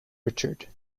richard